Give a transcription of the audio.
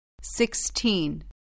sixteen